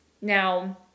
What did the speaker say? Now